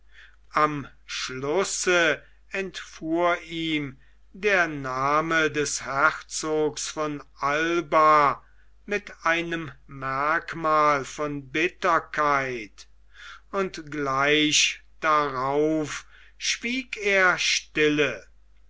am schlusse entfuhr ihm der name des herzogs von alba mit einem merkmal von bitterkeit und gleich darauf schwieg er stille